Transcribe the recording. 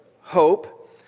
hope